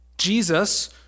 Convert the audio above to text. Jesus